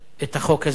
את החוק הזה,